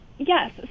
Yes